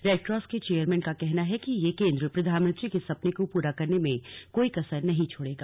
Red Cross के chairman का कहना है कि यह केन्द्र प्रधानमंत्री के सपने को पूरा करने में कोई कसर नहीं छोड़ेगा